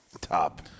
Top